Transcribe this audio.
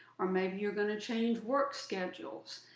or maybe you're going to change work schedules.